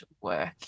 work